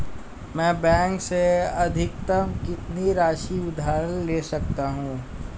मैं बैंक से अधिकतम कितनी राशि उधार ले सकता हूँ?